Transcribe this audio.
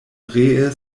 ree